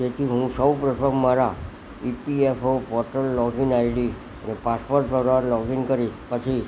તેથી હું સૌ પ્રથમ મારા BPFO portal login ID password દ્વારા લૉગઇન કરીશ પછી